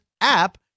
app